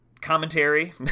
commentary